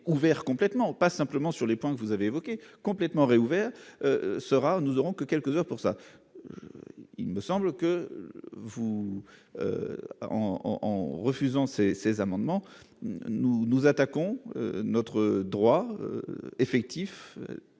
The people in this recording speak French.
complètement, pas simplement sur les plans que vous avez évoqué complètement réouvert sera nous aurons que quelques heures pour ça, il me semble que vous, en en refusant ces ces amendements, nous nous attaquons notre droit effectif